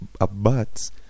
abuts